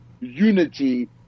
unity